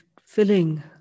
filling